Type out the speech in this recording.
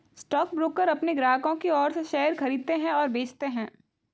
stockbroker अपने ग्राहकों की ओर से शेयर खरीदते हैं और बेचते हैं